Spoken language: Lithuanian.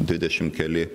dvidešim keli